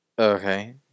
Okay